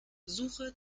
suche